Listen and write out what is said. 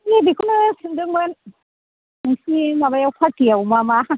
बेखौनो सोंदोंमोन नोंसोरनि माबायाव फारथियाव मा मा